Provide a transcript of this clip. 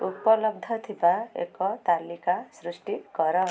ଉପଲବ୍ଧ ଥିବା ଏକ ତାଲିକା ସୃଷ୍ଟି କର